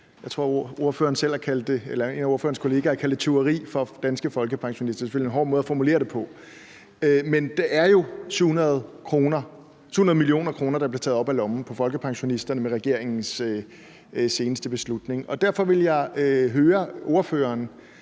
tror jeg en af partilederens kolleger har kaldt det, af danske folkepensionister. Det er selvfølgelig en hård måde at formulere det på, men det er jo 700 mio. kr., der bliver taget op af lommen på folkepensionisterne med regeringens seneste beslutning. Derfor vil jeg høre partilederen: